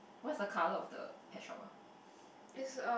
what's the color of the pet shop ah